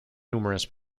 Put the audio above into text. numerous